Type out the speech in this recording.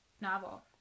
novel